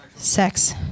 Sex